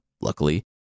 luckily